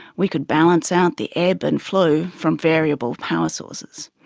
we could balance out the ebb and flow from variable power sources.